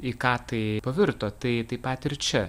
į ką tai pavirto tai taip pat ir čia